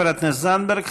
תודה, חברת הכנסת זנדברג.